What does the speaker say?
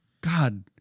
god